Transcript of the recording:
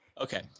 Okay